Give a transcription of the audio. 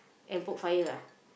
and put fire ah